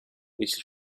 jeśli